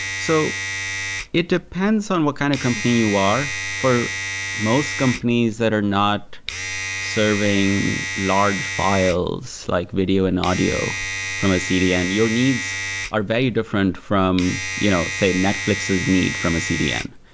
so it depends on what kind of company you are. for most companies that are not serving large files, like video and audio from a cdn, your needs are very different from you know say netflix's need from a cdn.